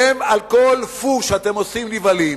הם על כל "פו" שאתם עושים נבהלים,